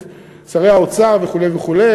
את שרי האוצר וכו' וכו',